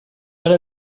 cal